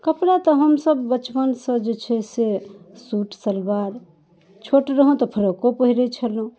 कपड़ा तऽ हमसब बचपनसँ जे छै से सूट सलवार छोट रहौं तऽ फ्रॉको पहिरै छलहुँ